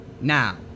Now